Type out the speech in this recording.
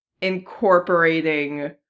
incorporating